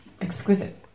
exquisite